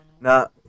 Now